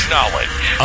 Knowledge